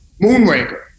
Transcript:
Moonraker